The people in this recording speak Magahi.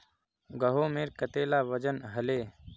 गहोमेर कतेला वजन हले